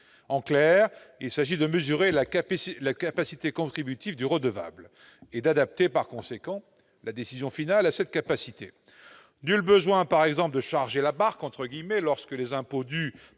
En clair, il s'agit de mesurer la capacité contributive du redevable et d'adapter la décision finale à cette capacité. Nul besoin, par exemple, de « charger la barque » lorsque les impôts dus